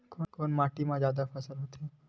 कोन माटी मा फसल जादा होथे?